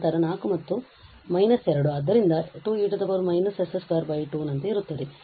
ತದನಂತರ 4 ಮತ್ತು ನಂತರ ಮೈನಸ್ 2 ಆದ್ದರಿಂದ ಇದು 2e −s22 ನಂತೆ ಇರುತ್ತದೆ